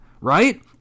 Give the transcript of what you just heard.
right